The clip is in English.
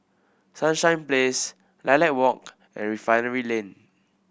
Sunshine Place Lilac Walk and Refinery Lane